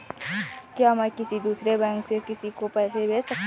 क्या मैं किसी दूसरे बैंक से किसी को पैसे भेज सकता हूँ?